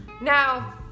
Now